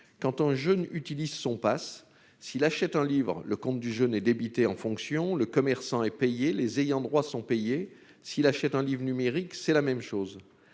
quand un jeune utilise son passes s'il achète un livre le compte du jeune et débité en fonction, le commerçant est payé les ayants droit sont payés s'il achète un livre numérique, c'est la même chose,